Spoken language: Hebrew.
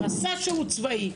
עשה שירות צבאי,